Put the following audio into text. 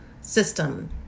system